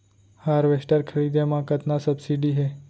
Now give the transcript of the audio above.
Harvester खरीदे म कतना सब्सिडी हे?